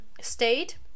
State